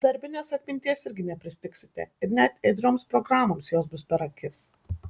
darbinės atminties irgi nepristigsite ir net ėdrioms programoms jos bus per akis